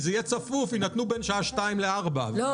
יכול להיות שבגלל הצפיפות שירותי הדואר יינתנו רק בין השעות 2 4. לא,